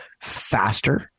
faster